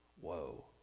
Whoa